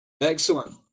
Excellent